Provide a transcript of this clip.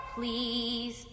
please